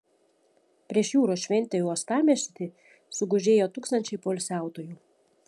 prieš jūros šventę į uostamiestį sugužėjo tūkstančiai poilsiautojų